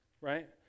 right